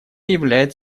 являет